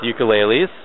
ukuleles